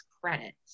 credit